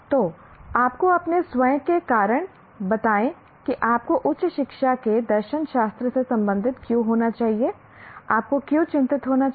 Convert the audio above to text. तो आपको अपने स्वयं के कारण बताएं कि आपको उच्च शिक्षा के दर्शनशास्त्र से संबंधित क्यों होना चाहिए आपको क्यों चिंतित होना चाहिए